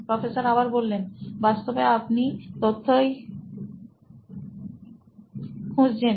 professor বাস্তবে আপনি তথ্যই খু জে ছেন